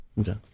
okay